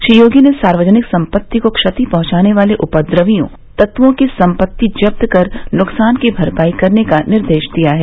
श्री योगी ने सार्वजनिक सम्पत्ति को क्षति पहुंचाने वाले उपद्रवी तत्वों की सम्पत्ति जब्त कर नुकसान की भरपाई करने का निर्देश दिया है